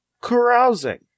carousing